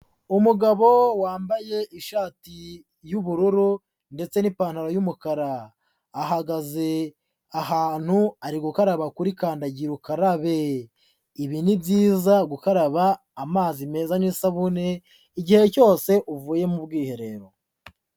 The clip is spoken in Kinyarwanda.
Umugabo wambaye ishati y'ubururu ndetse n'ipantaro y'umukara, ahagaze ahantu ari gukaraba kuri kandagira ukarabe, ibi ni byiza gukaraba amazi meza n'isabune igihe cyose uvuye mu bwiherero.